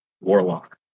Warlock